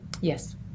Yes